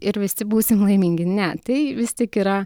ir visi būsim laimingi ne tai vis tik yra